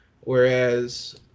Whereas